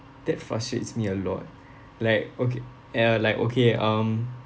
that frustrates me a lot like okay ya like okay um